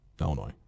Illinois